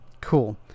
Cool